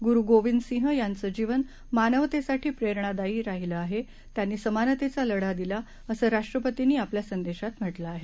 गूरू गोबिन्द सिंह यांचं जीवन मानवतेसाठी प्रेरणादायी राहिलं आहे त्यांनी समानतेचा लढा दिला असं राष्ट्रपतींनी आपल्या संदेशात म्हटलं आहे